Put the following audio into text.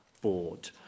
board